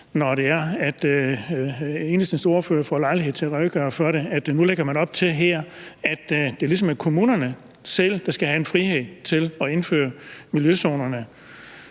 om, når Enhedslistens ordfører få lejlighed til at redegøre for det. Man lægger op til her, at det ligesom er kommunerne selv, der skal have frihed til at indføre miljøzonerne,